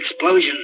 explosion